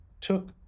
took